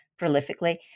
prolifically